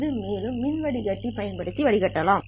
இதை மேலும் மின் வடிகட்டி பயன்படுத்தி வடிகட்டலாம்